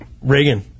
Reagan